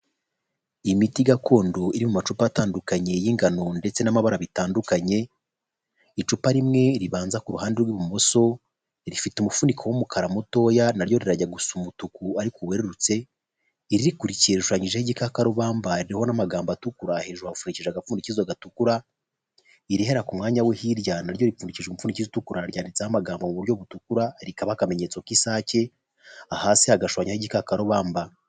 Imiti gakondo iri mu macupa atandukanye y'ingano ndetse n'amabara bitandukanye icupa rimwe ribanza ku ruhande rw'ibumoso rifite umufuniko w'umukara mutoya naryo rirajya gusa umutuku ariko werurutse, iririkurikiye irushanyije ry'ikakarubamba riho n'amagambo atukura hejuru hapfuje agapfunikizo gatukura, irihera ku mwanya wo hirya naryo ripfuje impfurabyi itukuraryanditseho amagambo mu buryo butukura rikaba akamenyetso k'isake, hasi hagashonya igikakarubamba.